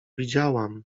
widziałam